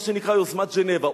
מה שנקרא "יוזמת ז'נבה".